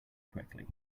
quickly